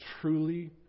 truly